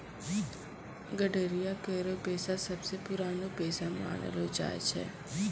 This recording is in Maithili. गड़ेरिया केरो पेशा सबसें पुरानो पेशा मानलो जाय छै